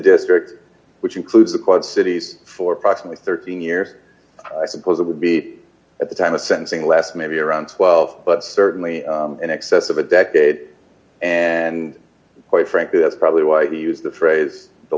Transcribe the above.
district which includes the quad cities for approximately thirteen years i suppose it would be at the time of sentencing last maybe around twelve but certainly in excess of a decade and quite frankly that's probably why he used the phrase the